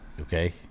okay